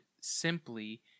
simply